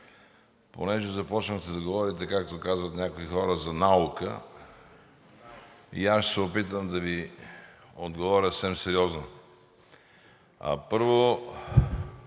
понеже започнахте да говорите, както казват някои хора, за наука, и аз ще се опитам да Ви отговоря съвсем сериозно. Първо,